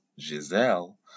Giselle